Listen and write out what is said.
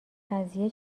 قضیه